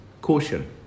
Caution